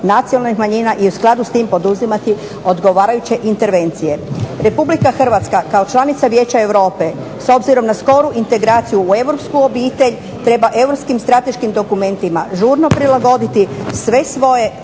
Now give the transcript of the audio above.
nacionalnih manjina i u skladu sa tim poduzimati odgovarajuće intervencije. Republika Hrvatska kao članica Vijeća Europe s obzirom na skoru integraciju u europsku obitelj treba europskim strateškim dokumentima žurno prilagoditi sve svoje